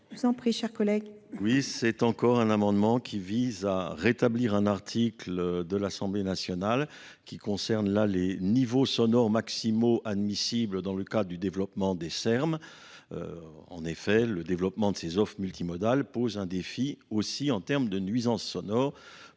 Oui, c'est encore un amendement qui vise à rétablir un article de l'assemblée qui concerne là les niveaux sonores maximaux admissibles dans le cadre du développement des ser ms en effet le développement de ces offres multimodales pose un défi aussi en termes de nuisances sonores